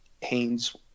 haynes